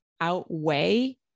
outweigh